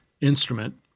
instrument